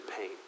pain